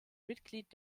mitglied